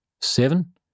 Seven